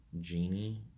Genie